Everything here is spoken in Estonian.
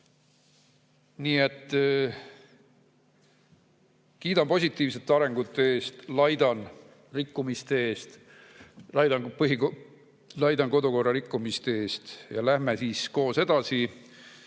Nii et kiidan positiivsete arengute eest, laidan rikkumiste eest, laidan kodukorra rikkumiste eest. Aga läheme siit koos edasi!